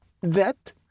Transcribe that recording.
that